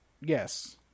Yes